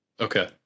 okay